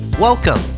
Welcome